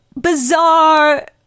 bizarre